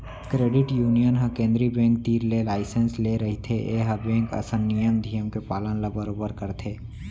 credit union ह केंद्रीय bank तीर ले लाइसेंस ले रहिथे ए ह बेंक असन नियम धियम के पालन ल बरोबर करथे